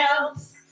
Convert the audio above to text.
else